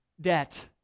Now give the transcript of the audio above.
debt